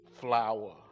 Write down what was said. flower